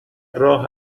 راه